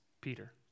Peter